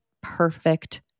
perfect